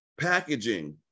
packaging